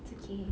it's okay